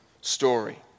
story